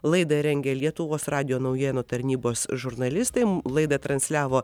laidą rengė lietuvos radijo naujienų tarnybos žurnalistai laidą transliavo